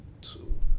two